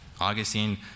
Augustine